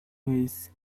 vez